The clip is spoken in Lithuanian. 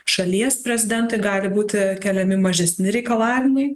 šalies prezidentui gali būti keliami mažesni reikalavimai